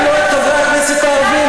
וגם לא את חברי הכנסת הערבים,